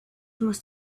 must